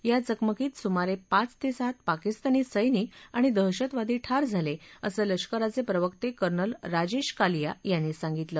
या चकमकीत सुमारे पाच ते सात पाकिस्तानी सैनिक आणि दहशतवादी ठार झाले असं लष्कराचे प्रवक्ते कर्नल राजेश कालिया यांनी सांगितलं